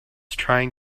trying